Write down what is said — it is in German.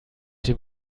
dem